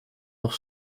nog